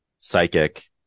psychic